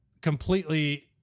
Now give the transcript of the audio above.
completely